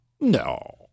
No